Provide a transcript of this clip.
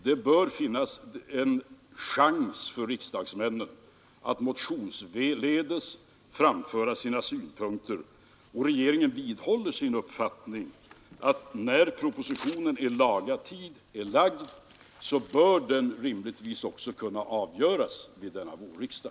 Det bör finnas en chans för riksdagsmännen att motionsledes framföra sina synpunkter, och regeringen vidhåller sin uppfattning att när propositionen i laga tid är framlagd så bör frågan rimligtvis också kunna avgöras vid denna vårriksdag.